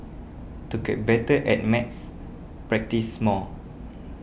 to get better at maths practise more